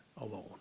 alone